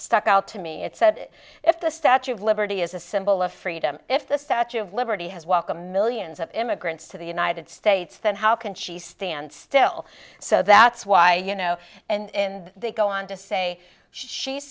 stuck out to me it said if the statue of liberty is a symbol of freedom if the statue of liberty has welcomed millions of immigrants to the united states then how can she stand still so that's why you know and they go on to say she's